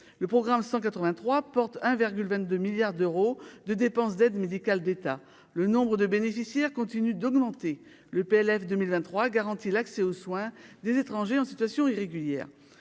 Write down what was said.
le programme 183 porte 1 virgule 22 milliards d'euros de dépenses d'aide médicale d'État, le nombre de bénéficiaires continuent d'augmenter le PLF 2023 garantit l'accès aux soins des étrangers en situation irrégulière